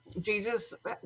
Jesus